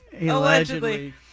Allegedly